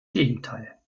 gegenteil